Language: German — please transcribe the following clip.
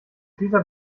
dieser